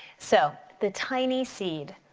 so, the tiny seed.